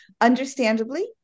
Understandably